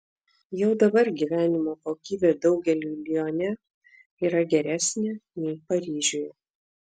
jau dabar gyvenimo kokybė daugeliui lione yra geresnė nei paryžiuje